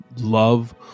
love